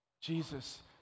Jesus